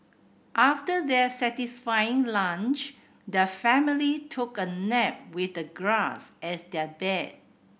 after their satisfying lunch their family took a nap with the grass as their bed